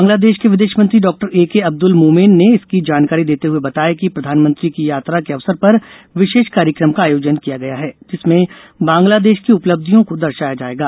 बांग्लादेश के विदेशमंत्री doctor A K Abdul Momen ने इसकी जानकारी देते हुए बताया कि प्रधानमंत्री की यात्रा के अवसर पर विशेष कार्यक्रम का आयोजन किया गया है जिसमें बंगलादेश की उपलब्धियों को दर्शाया जायेगा